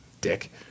Dick